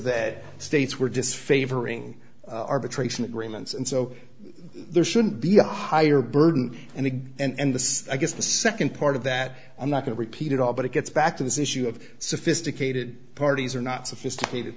that states were disfavoring arbitration agreements and so there shouldn't be a higher burden and again and the i guess the nd part of that i'm not going to repeat it all but it gets back to this issue of sophisticated parties are not sophisticated